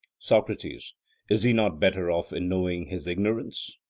socrates is he not better off in knowing his ignorance?